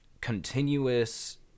continuous